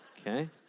Okay